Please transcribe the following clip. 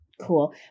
cool